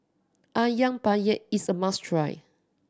Ayam Penyet is a must try